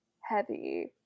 heavy